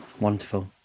Wonderful